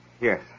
Yes